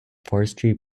forestry